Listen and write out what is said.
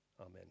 Amen